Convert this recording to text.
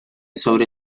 sobre